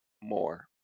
more